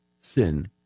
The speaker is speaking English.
sin